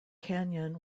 canyon